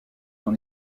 dans